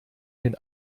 den